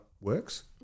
works